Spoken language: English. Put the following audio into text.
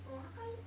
oh how come